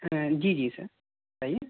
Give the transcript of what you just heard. جی جی سر بتائیے